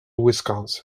wisconsin